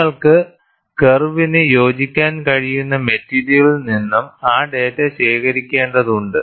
നിങ്ങൾക്ക് കർവിന് യോജിക്കാൻ കഴിയുന്ന മെറ്റീരിയലിൽ നിന്നും ആ ഡാറ്റ ശേഖരിക്കേണ്ടതുണ്ട്